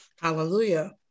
Hallelujah